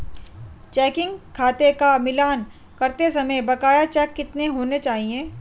Checking खाते का मिलान करते समय बकाया चेक कितने होने चाहिए?